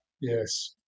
Yes